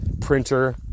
printer